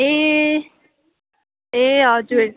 ए ए हजुर